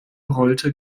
rollte